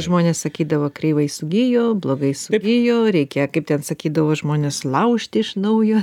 žmonės sakydavo kreivai sugijo blogai sugijo reikia kaip ten sakydavo žmonės laužti iš naujo